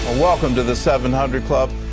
welcome to the seven hundred club.